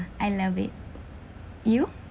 I love it you